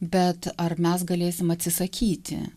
bet ar mes galėsim atsisakyti